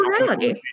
reality